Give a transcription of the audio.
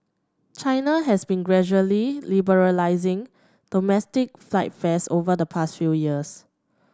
China has been gradually liberalising domestic flight fares over the past few years